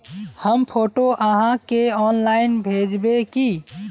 हम फोटो आहाँ के ऑनलाइन भेजबे की?